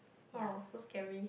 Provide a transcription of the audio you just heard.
oh so scary